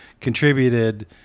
contributed